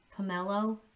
pomelo